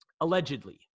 allegedly